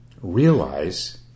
realize